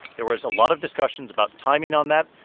there was a lot of discussions about timing on that.